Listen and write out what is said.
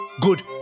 good